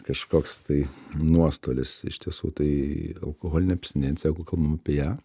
kažkoks tai nuostolis iš tiesų tai alkoholinė abstinencija jeigu kalbam apie ją